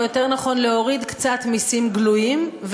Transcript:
או יותר נכון להוריד קצת מסים גלויים,